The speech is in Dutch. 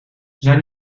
zijn